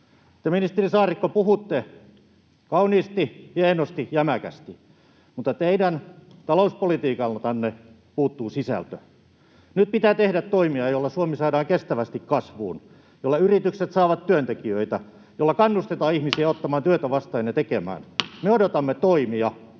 ministeri Saarikko, puhutte kauniisti, hienosti, jämäkästi, mutta teidän talouspolitiikaltanne puuttuu sisältö. Nyt pitää tehdä toimia, joilla Suomi saadaan kestävästi kasvuun, joilla yritykset saavat työntekijöitä ja joilla kannustetaan ihmisiä ottamaan työtä vastaan ja tekemään. [Puhemies